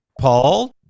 Paul